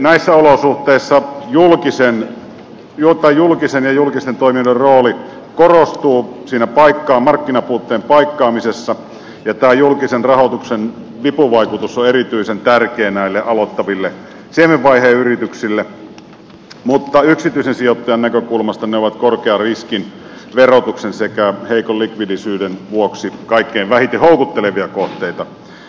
näissä olosuhteissa jotta julkisen ja julkisten toimintojen rooli korostuu siinä paikkaa markkinapuutteen paikkaamisessa tämän julkisen rahoituksen vipuvaikutus on erityisen tärkeä näille aloittaville siemenvaiheen yrityksille mutta yksityisen sijoittajan näkökulmasta ne ovat korkean riskin verotuksen sekä heikon likvidisyyden vuoksi kaikkein vähiten houkuttelevia kohteita